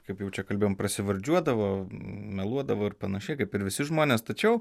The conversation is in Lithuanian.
kaip jau čia kalbėjom prasivardžiuodavo meluodavo ir panašiai kaip ir visi žmonės tačiau